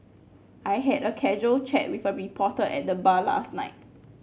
I had a casual chat with a reporter at the bar last night